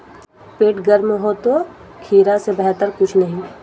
पेट गर्म हो तो खीरा से बेहतर कुछ नहीं